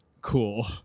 cool